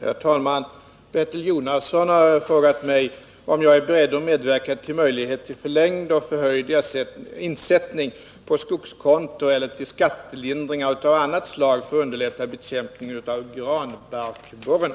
Herr talman! Bertil Jonasson har frågat mig om jag är beredd att medverka till möjlighet till förlängd och förhöjd insättning på skogskonto eller till skattelindringar av annat slag för att underlätta bekämpningen av granbarkborren.